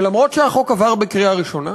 שאף-על-פי שהחוק עבר בקריאה ראשונה,